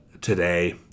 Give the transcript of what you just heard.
today